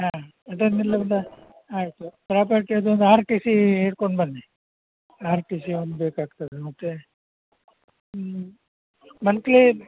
ಹಾಂ ಅದರ ಮೇಲೊಂದು ಆಯಿತು ಪ್ರೊಪರ್ಟಿ ಅದೊಂದು ಆರ್ ಟಿ ಸಿ ಹಿಡ್ಕೊಂಡು ಬನ್ನಿ ಆರ್ ಟಿ ಸಿ ಒಂದು ಬೇಕಾಗ್ತದೆ ಮತ್ತು ಹ್ಞೂ ಮಂತ್ಲಿ